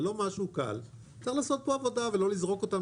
זה לא משהו קל וצריך לעשות פה עבודה ולא לזרוק אותם